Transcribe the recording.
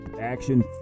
action